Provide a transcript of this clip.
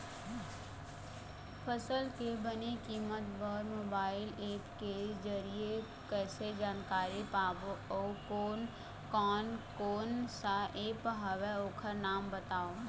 फसल के बने कीमत बर मोबाइल ऐप के जरिए कैसे जानकारी पाबो अउ कोन कौन कोन सा ऐप हवे ओकर नाम बताव?